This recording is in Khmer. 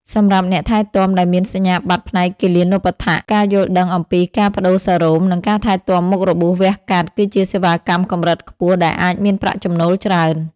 សម្រាប់អ្នកថែទាំដែលមានសញ្ញាបត្រផ្នែកគិលានុប្បដ្ឋាក ការយល់ដឹងអំពីការប្តូរសារ៉ូម និងការថែទាំមុខរបួសវះកាត់ គឺជាសេវាកម្មកម្រិតខ្ពស់ដែលអាចមានប្រាក់់ចំណូលច្រើន។